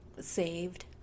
saved